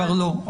כבר לא.